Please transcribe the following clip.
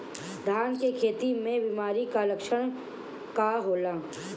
धान के खेती में बिमारी का लक्षण का होला?